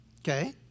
okay